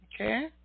okay